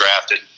drafted